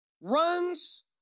runs